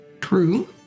true